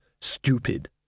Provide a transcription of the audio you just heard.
stupid